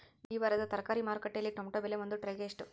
ಈ ವಾರದ ತರಕಾರಿ ಮಾರುಕಟ್ಟೆಯಲ್ಲಿ ಟೊಮೆಟೊ ಬೆಲೆ ಒಂದು ಟ್ರೈ ಗೆ ಎಷ್ಟು?